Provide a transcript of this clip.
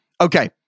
okay